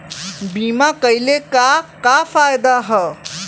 बीमा कइले का का फायदा ह?